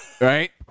Right